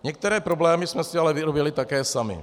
Některé problémy jsme si ale vyrobili také sami.